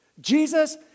Jesus